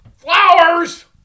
Flowers